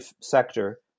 sector